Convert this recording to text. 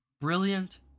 brilliant